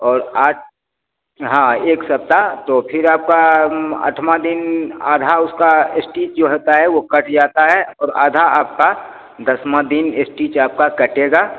और आठ हाँ एक सप्ताह तो फिर आपका आठवाँ दिन आधा उसका स्टिच जो रहता है वह कट जाता है और आधा आपका दसवाँ दिन स्टिच आपका कटेगा